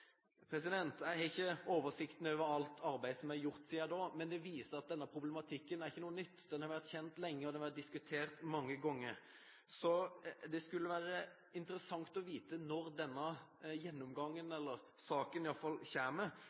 Jeg har ikke oversikten over alt arbeid som er gjort siden da, men det viser at denne problematikken ikke er noe nytt. Den har vært kjent lenge, og den har vært diskutert mange ganger. Så det skulle være interessant å vite når denne saken, gjennomgangen, kommer, slik at vi kan sette oss grundig inn i